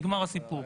נגמר הסיפור.